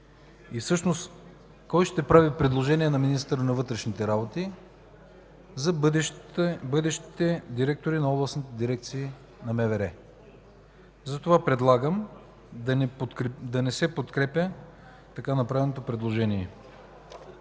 и всъщност кой ще прави предложения на министъра на вътрешните работи за бъдещите директори на областните дирекции на МВР? Затова предлагам да не се подкрепя така направеното предложение.